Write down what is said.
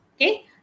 Okay